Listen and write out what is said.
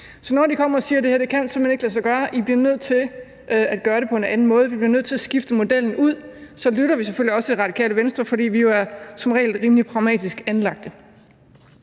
Så når de kommer og siger, at det her simpelt hen ikke kan lade sig gøre – I bliver nødt til at gøre det på en anden måde, vi bliver nødt til at skifte modellen ud – så lytter vi selvfølgelig også i Radikale Venstre, fordi vi jo som regel er rimelig pragmatisk anlagt.